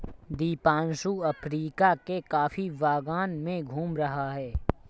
Deepanshu Africa के coffee बागान में घूम रहा है